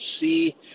see